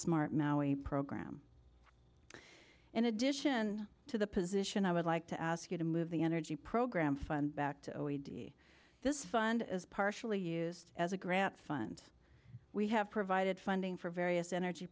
smart maoi program in addition to the position i would like to ask you to move the energy program fund back to this fund as partially used as a grant fund we have provided funding for various energy